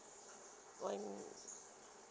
one